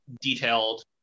detailed